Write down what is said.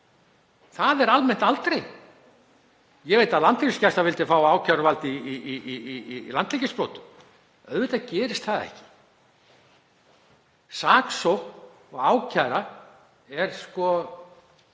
Það er almennt aldrei. Ég veit að Landhelgisgæslan vildi fá ákæruvald í landhelgisbrotum. Auðvitað gerist það ekki. Saksókn og ákæra er fyrir